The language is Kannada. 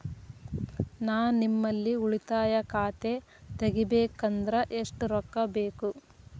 ನಾ ನಿಮ್ಮಲ್ಲಿ ಉಳಿತಾಯ ಖಾತೆ ತೆಗಿಬೇಕಂದ್ರ ಎಷ್ಟು ರೊಕ್ಕ ಬೇಕು?